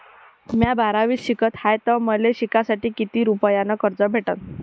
म्या बारावीत शिकत हाय तर मले शिकासाठी किती रुपयान कर्ज भेटन?